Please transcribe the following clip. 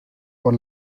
por